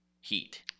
heat